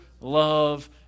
love